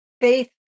faith